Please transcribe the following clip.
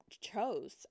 chose